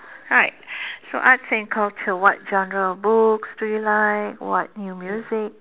alright so arts and culture what genres of books do you like what new music